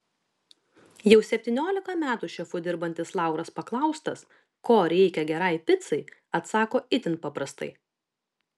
jau septyniolika metų šefu dirbantis lauras paklaustas ko reikia gerai picai atsako itin paprastai